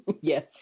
Yes